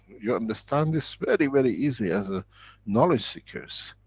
you understand this very, very easy as ah knowledge seekers.